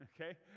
okay